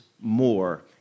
More